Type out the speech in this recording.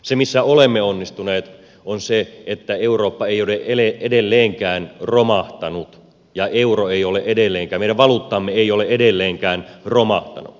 se missä olemme onnistuneet on se että eurooppa ei ole edelleenkään romahtanut ja euro meidän valuuttamme ei ole edelleenkään romahtanut